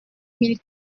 mille